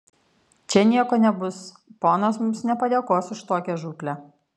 čia nieko nebus ponas mums nepadėkos už tokią žūklę